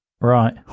right